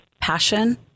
passion